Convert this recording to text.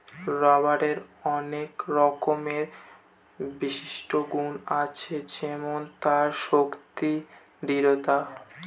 রবারের আনেক রকমের বিশিষ্ট গুন আছে যেমন তার শক্তি, দৃঢ়তা